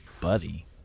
buddy